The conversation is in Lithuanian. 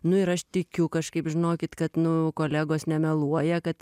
nu ir aš tikiu kažkaip žinokit kad nu kolegos nemeluoja kad